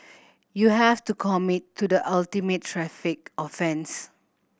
you have to committed to the ultimate traffic offence